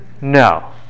No